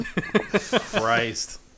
Christ